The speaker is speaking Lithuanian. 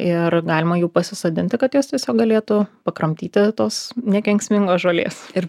ir galima jų pasisodinti kad jos tiesiog galėtų pakramtyti tos nekenksmingos žolės ir